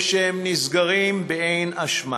או שהם נסגרים באין אשמה.